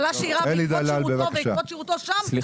חבלה שהיא רק בעקבות שירותו שם,